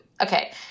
okay